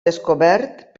descobert